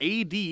AD